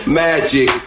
magic